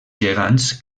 gegants